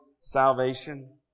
salvation